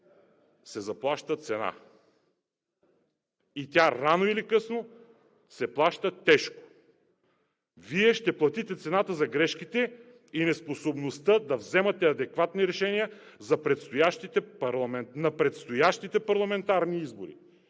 се заплаща цена. Тя рано или късно се плаща тежко. Вие ще платите цената за грешките и неспособността да вземате адекватни решения на предстоящите парламентарни избори.